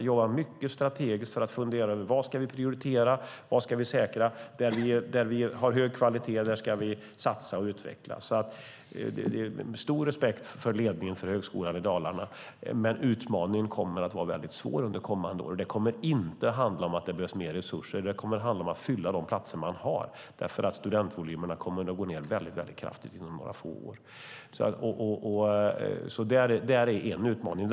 Man jobbar mycket strategiskt och funderar över vad man ska prioritera och säkra. Man ska man satsa och utveckla där man har hög kvalitet. Jag har stor respekt för ledningen för Högskolan Dalarna. Utmaningen kommer att vara mycket svår under kommande år, men det kommer inte att handla om att det behövs mer resurser. Det kommer att handla om att fylla de platser man har eftersom studentvolymerna kommer att gå ned mycket kraftigt inom några få år. Det är en utmaning.